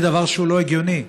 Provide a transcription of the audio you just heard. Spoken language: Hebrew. זה דבר שהוא לא הגיוני.